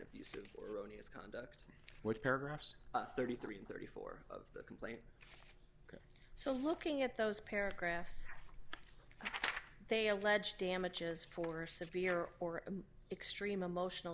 these erroneous count which paragraphs thirty three and thirty four of the complaint so looking at those paragraphs they allege damages for severe or extreme emotional